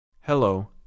Hello